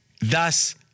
Thus